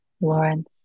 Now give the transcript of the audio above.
Lawrence